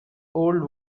old